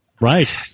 Right